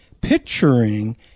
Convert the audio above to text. picturing